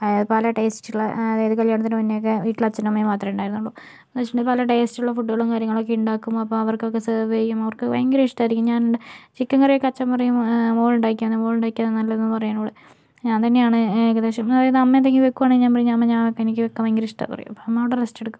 അതായത് പല ടേസ്റ്റ് ഉള്ള അതായത് കല്യാണത്തിന് മുന്നേ ഒക്കെ വീട്ടിൽ അച്ഛനും അമ്മയും മാത്രമേ ഉണ്ടായിരുന്നുള്ളൂ എന്ന് വെച്ചിട്ടുണ്ടെങ്കിൽ പല ടേസ്റ്റുള്ള ഫുഡുകളും കാര്യങ്ങളൊക്കെ ഉണ്ടാക്കും അപ്പോൾ അവർക്കൊക്കെ സെർവ് ചെയ്യും അവർക്കൊക്കെ ഭയങ്കര ഇഷ്ടമായിരിക്കും ഞാൻ ചിക്കൻ കറിയൊക്കെ അച്ഛൻ പറയും മോളുണ്ടാക്കിയാൽ മതി മോള് ഉണ്ടാക്കിയതാണ് നല്ലതെന്ന് പറയും ഞാൻ തന്നെയാണ് ഏകദേശം എന്ന് പറയുന്ന അമ്മ എന്തെങ്കിലും വെക്കുകയാണെങ്കിൽ ഞാൻ പറയും അമ്മേ ഞാൻ വെക്കാം എനിക്ക് വെക്കാൻ ഭയങ്കര ഇഷ്ടമാണ് പറയും അമ്മ അവിടെ റെസ്റ്റ് എടുക്കും